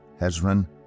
Hezron